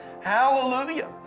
Hallelujah